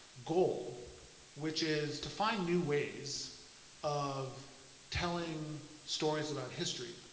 goal which is to find new ways of telling stories about history.